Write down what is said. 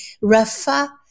Rafa